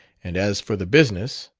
and as for the business.